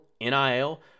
NIL